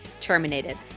terminated